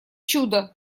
чудо